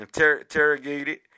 interrogated